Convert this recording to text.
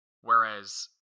whereas